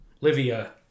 Livia